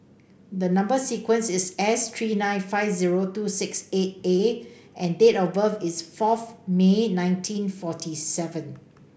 the number sequence is S three nine five zero two six eight A and date of birth is fourth May nineteen forty seven